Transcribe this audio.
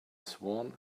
swan